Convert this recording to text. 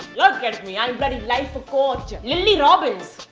look at me, i'm bloody life ah coach. lilly robbins.